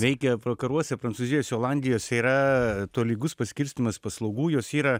reikia vakaruose prancūzijos olandijos yra tolygus paskirstymas paslaugų jos yra